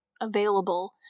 available